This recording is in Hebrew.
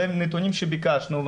אלה נתונים שביקשנו.